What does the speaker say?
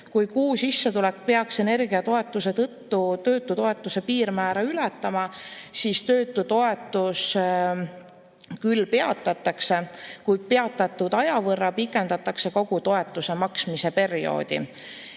Kui kuusissetulek peaks energiatoetuse tõttu töötutoetuse piirmäära ületama, siis töötutoetus küll peatatakse, kuid peatatud aja võrra pikendatakse kogu toetuse maksmise perioodi.